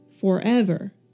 forever